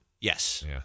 Yes